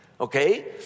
okay